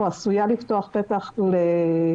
או עשויה לפתוח פתח לפרשנויות,